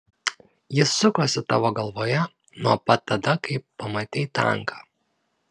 jis sukosi tavo galvoje nuo pat tada kai pamatei tanką